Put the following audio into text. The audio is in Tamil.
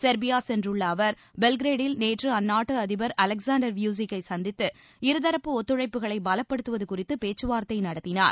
செர்பியா சென்றுள்ள அவர் பெல்கிரேடில் நேற்று அந்நாட்டு அதிபர் அலெக்சாண்டர் வியூசிக்கை சந்தித்து இருதரப்பு ஒத்துழைப்புகளை பலப்படுத்துவது குறித்து பேச்சுவார்த்தை நடத்தினார்